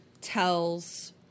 tells